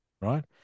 right